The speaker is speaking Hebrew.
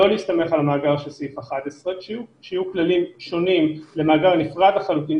לא להסתמך על המאגר של סעיף 11. שיהיו כללים שונים למאגר הנפרד לחלוטין,